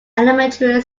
elementary